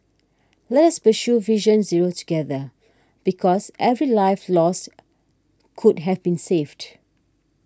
let's pursue Vision Zero together because every life lost could have been saved